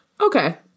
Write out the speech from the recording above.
Okay